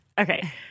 Okay